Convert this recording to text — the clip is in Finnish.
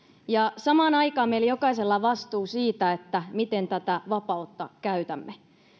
ja samaan aikaan meillä jokaisella on vastuu siitä miten tätä vapautta käytämme